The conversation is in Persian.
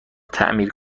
تعمیر